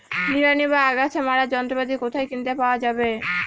নিড়ানি বা আগাছা মারার যন্ত্রপাতি কোথায় কিনতে পাওয়া যাবে?